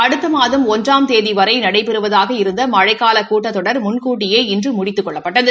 அடுத்த மாதம் ஒன்றாம் தேதி முதல் நடைபெறுவதாக இருந்த மழைக்காலக் கூட்டத்தொடர் முன்கூட்டியே இன்று முடித்துக் கொள்ளப்பட்டது